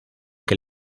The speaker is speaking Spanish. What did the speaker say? que